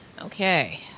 Okay